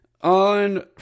on